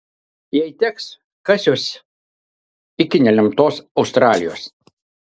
jei teks kasiuosi iki nelemtos australijos